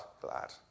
glad